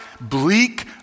bleak